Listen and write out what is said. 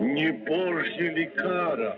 you know